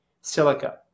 silica